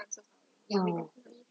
ya